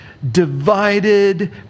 divided